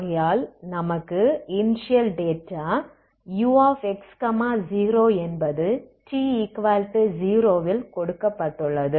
ஆகையால் நமக்கு initial data ux0என்பது t0இல் கொடுக்கப்பட்டுள்ளது